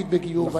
והוא מקפיד בגיור.